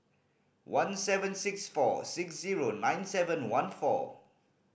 one seven six four six zero nine seven one four